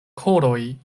koroj